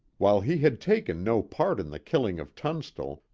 while he had taken no part in the killing of tunstall,